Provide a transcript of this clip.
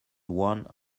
one